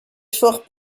fort